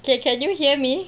okay can you hear me